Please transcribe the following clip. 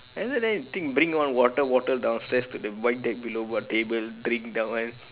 later then you think bring one water bottle downstairs to the void deck below got table drink that one